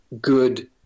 good